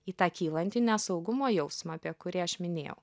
į tą kylantį nesaugumo jausmą apie kurį aš minėjau